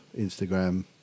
Instagram